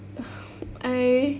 uh I